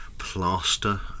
plaster